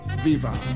Viva